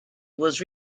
was